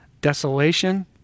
desolation